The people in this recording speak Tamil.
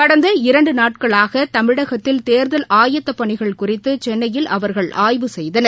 கடந்த இரண்டுநாட்களாகதமிழகத்தில் தேர்தல் ஆயத்தப் பணிகள் குறித்துசென்னையில் அவர்கள் ஆய்வு செய்தனர்